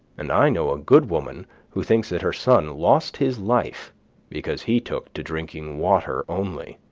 and i know a good woman who thinks that her son lost his life because he took to drinking water only.